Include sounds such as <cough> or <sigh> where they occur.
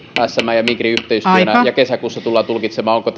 smn ja migrin yhteistyönä ja kesäkuussa tullaan tulkitsemaan onko <unintelligible>